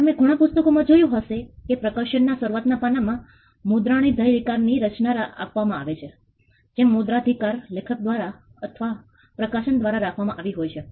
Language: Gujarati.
તમે ઘણા પુસ્તકો માં જોયું હશે કે પ્રકાશન ના શરૂઆત ના પાનામાં મુદ્રણાધિકાર ની સૂચના રાખવામાં આવી હોય છે જે મુદ્રણાધિકાર લેખક દ્વારા અથવા પ્રકાશક દ્વારા રાખવામાં આવી હોય છે